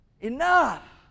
Enough